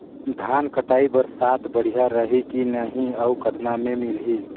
धान कटाई बर साथ बढ़िया रही की नहीं अउ कतना मे मिलही?